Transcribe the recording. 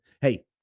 Hey